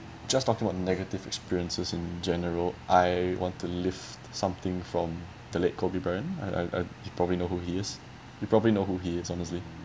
just talking about negative experiences in general I want to lift something from the late kobe bryant uh you probably know who he is you probably know who he is honestly